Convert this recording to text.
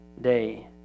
day